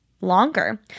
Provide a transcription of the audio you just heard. longer